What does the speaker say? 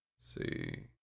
see